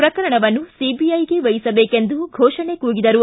ಪ್ರಕರಣವನ್ನು ಸಿಬಿಐಗೆ ವಹಿಸಬೇಕೆಂದು ಘೋಷಣೆ ಕೂಗಿದರು